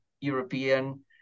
European